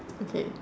okay